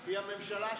היא הממשלה שלי.